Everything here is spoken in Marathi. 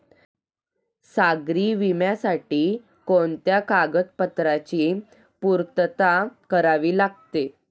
सागरी विम्यासाठी कोणत्या कागदपत्रांची पूर्तता करावी लागते?